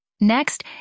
Next